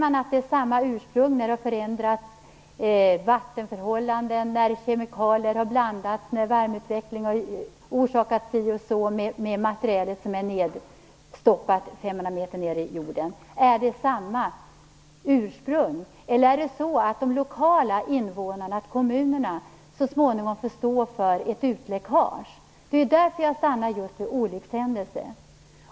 Är det samma ursprung när vattenförhållanden har ändrats, när kemikalier har blandats, när värmeutveckling har påverkat det material som finns lagrat 500 m ner i jorden? Eller får de invånarna i kommunerna så småningom stå för ett utläckage? Det är ju därför som jag har stannat just vid olyckshändelse.